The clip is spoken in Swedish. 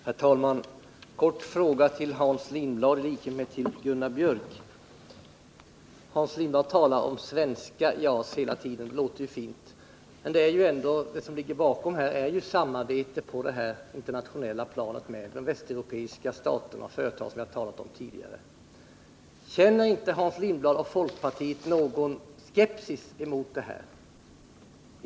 Herr talman! En kort fråga till Hans Lidblad — lika med den jag tidigare ställde till Gunnar Björk i Gävle. Hans Lindblad talade om det svenska JAS hela tiden. Det låter fint. Men vad som ligger bakom här är ju ett samarbete på det internationella planet med de europeiska stater och företag som jag talade om tidigare. Känner inte Hans Lindblad och folkpartiet någon skepsis emot detta?